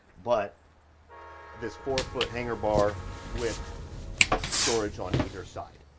but this four foot hanger bar with storage on either side,